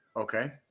okay